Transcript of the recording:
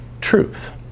truth